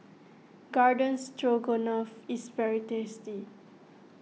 Garden Stroganoff is very tasty